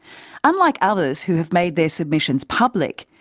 unlike others who have made their submissions public,